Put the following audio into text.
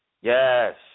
yes